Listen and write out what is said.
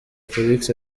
felix